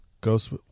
Ghost